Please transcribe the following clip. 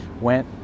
went